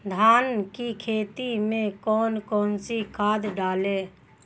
धान की खेती में कौन कौन सी खाद डालें?